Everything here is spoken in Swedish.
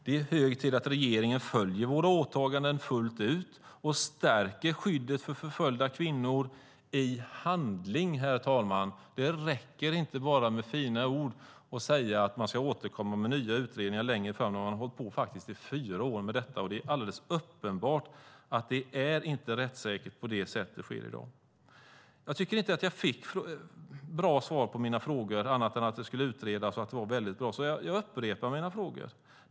Det är hög tid att regeringen fullgör våra åtaganden och stärker skyddet för förföljda kvinnor i handling. Det räcker inte bara med fina ord och att säga att man ska återkomma med nya utredningar längre fram. Man har faktiskt hållit på i fyra år med detta. Det är alldeles uppenbart att det inte är rättssäkert så som det sker i dag. Jag tycker inte att jag fick bra svar på mina frågor, annat än att detta skulle utredas och att det var bra. Jag upprepar därför mina frågor.